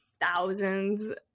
thousands